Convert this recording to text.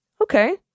Okay